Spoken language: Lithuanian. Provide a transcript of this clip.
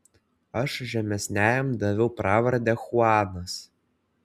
aš žemesniajam daviau pravardę chuanas